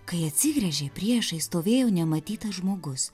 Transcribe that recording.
kai atsigręžė priešais stovėjo nematytas žmogus